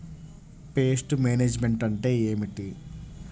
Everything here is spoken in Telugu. పెస్ట్ మేనేజ్మెంట్ అంటే ఏమిటి?